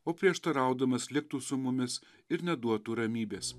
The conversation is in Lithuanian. o prieštaraudamas liktų su mumis ir neduotų ramybės